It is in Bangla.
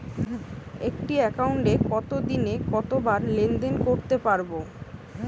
একটি একাউন্টে একদিনে কতবার লেনদেন করতে পারব?